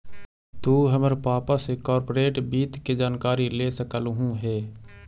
तु हमर पापा से कॉर्पोरेट वित्त के जानकारी ले सकलहुं हे